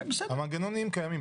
המנגנונים קיימים.